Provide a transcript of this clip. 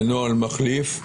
בנוהל מחליף,